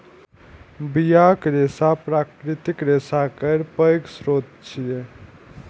बियाक रेशा प्राकृतिक रेशा केर पैघ स्रोत छियै